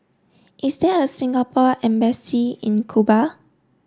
is there a Singapore embassy in Cuba